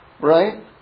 right